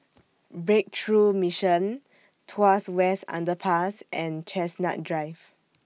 Breakthrough Mission Tuas West Underpass and Chestnut Drive